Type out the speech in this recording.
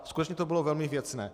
Skutečně to bylo velmi věcné.